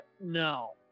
no